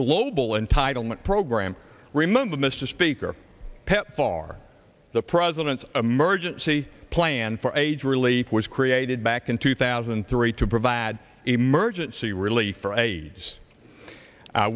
global entitlement program remember mr speaker pepfar the president's emergency plan for aids relief was created back in two thousand and three to provide emergency relief for aids